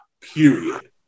period